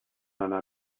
anar